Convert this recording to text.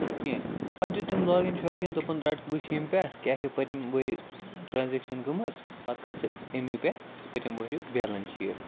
کیٚنٛہہ پَتہٕ دیُت تٔمۍ لاگِن شاگِن تہٕ دوٚپُن رَٹھ وُچھ ییٚمہِ پیٚٹھ کیٛاہ چھُ پٔتمہِ ؤریہِ ٹرٛانزیکشن گٲمٕژ پَتہٕ کر ژٕ اَمی پیٚٹھ پٔتمہِ ؤریُک بیلَنس شیٖٹ